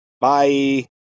Bye